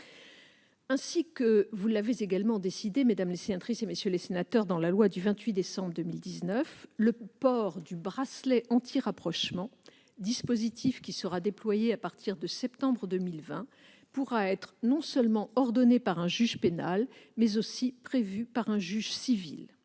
Ainsi que vous l'avez également décidé, mesdames les sénatrices, messieurs les sénateurs, dans la loi du 28 décembre 2019, le port du bracelet anti-rapprochement, dispositif qui sera déployé à partir de septembre 2020, pourra être non seulement ordonné par un juge pénal, mais aussi prévu par un juge civil.